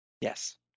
yes